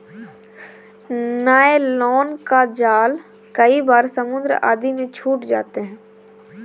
nylon का जाल कई बार समुद्र आदि में छूट जाते हैं